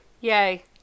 yay